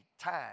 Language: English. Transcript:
time